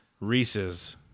Reese's